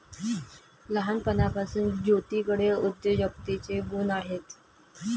लहानपणापासून ज्योतीकडे उद्योजकतेचे गुण आहेत